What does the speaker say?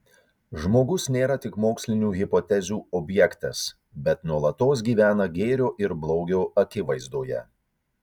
žmogus nėra tik mokslinių hipotezių objektas bet nuolatos gyvena gėrio ir blogio akivaizdoje